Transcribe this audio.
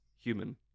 human